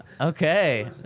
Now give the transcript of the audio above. Okay